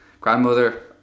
grandmother